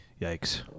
Yikes